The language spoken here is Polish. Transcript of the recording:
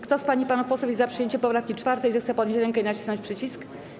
Kto z pań i panów posłów jest za przyjęciem poprawki 4., zechce podnieść rękę i nacisnąć przycisk.